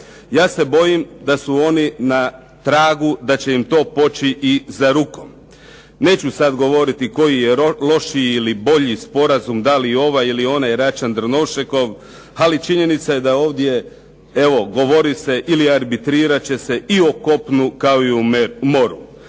Ja se bojim da su oni na tragu da će im to poći i za rukom. Neću sad govoriti koji je lošiji ili bolji sporazum, da li ovaj ili onaj, Račan, Drnovšekov ali činjenica je da ovdje evo govori se ili arbitrirat će se i o kopnu kao i o moru.